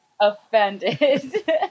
offended